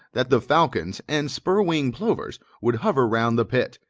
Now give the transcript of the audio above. that the falcons and spurwing-plovers would hover round the pit,